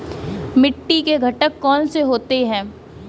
मिट्टी के घटक कौन से होते हैं?